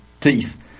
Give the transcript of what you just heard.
teeth